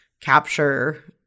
capture